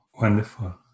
Wonderful